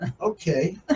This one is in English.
Okay